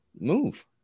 move